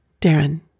Darren